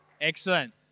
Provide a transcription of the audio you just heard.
Excellent